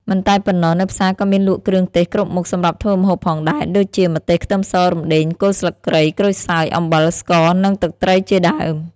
មិនតែប៉ុណ្ណោះ នៅផ្សារក៏មានលក់គ្រឿងទេសគ្រប់មុខសម្រាប់ធ្វើម្ហូបផងដែរ ដូចជា ម្ទេស ខ្ទឹមស រំដេង គល់ស្លឹកគ្រៃ ក្រូចសើច អំបិល ស្ករ និងទឹកត្រីជាដើម។